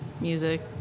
music